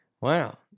Wow